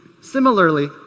Similarly